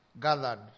gathered